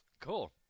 Cool